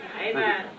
Amen